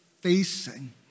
facing